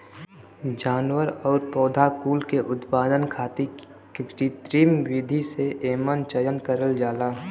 जानवर आउर पौधा कुल के उत्पादन खातिर कृत्रिम विधि से एमन चयन करल जाला